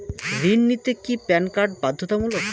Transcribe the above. ঋণ নিতে কি প্যান কার্ড বাধ্যতামূলক?